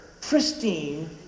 pristine